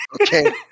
Okay